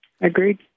Agreed